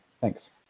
Thanks